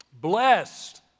Blessed